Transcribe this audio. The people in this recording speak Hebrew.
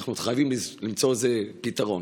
אנחנו חייבים למצוא לזה פתרון.